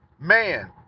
man